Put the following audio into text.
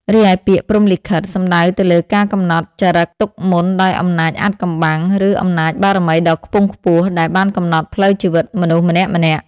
រីឯពាក្យ ព្រហ្មលិខិត សំដៅទៅលើការកំណត់ចារិកទុកមុនដោយអំណាចអាថ៌កំបាំង ឬអំណាចបារមីដ៏ខ្ពង់ខ្ពស់ ដែលបានកំណត់ផ្លូវជីវិតមនុស្សម្នាក់ៗ។